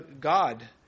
God